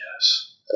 Yes